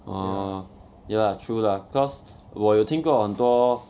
ah ya lah true lah cause 我有听过很多